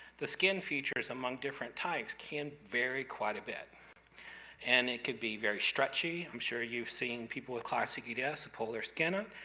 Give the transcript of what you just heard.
the skin features among different types can vary quite a bit and it could be very stretchy. i'm sure you've seen people with classical eds yeah so pull their skin up.